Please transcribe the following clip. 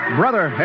brother